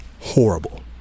horrible